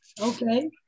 Okay